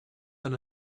than